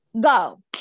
Go